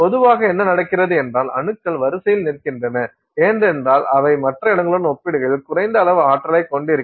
பொதுவாக என்ன நடக்கிறது என்றால் அணுக்கள் வரிசையில் நிற்கின்றன ஏனென்றால் அவை மற்ற இடங்களுடன் ஒப்பிடுகையில் குறைந்த அளவு ஆற்றலைக் கொண்டிருக்கிறது